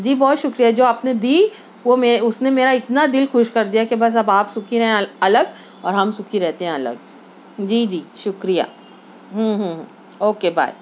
جی بہت شکریہ جو آپ نے دی وہ اس نے میرا اتنا دل خوش کر دیا کہ بس اب آپ سکھی رہیں الگ اور ہم سکھی رہتے ہیں الگ جی جی شکریہ ہوں ہوں اوکے بائے